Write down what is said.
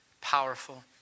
powerful